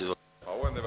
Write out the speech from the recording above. Izvolite.